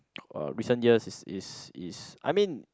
uh recent year is is is I mean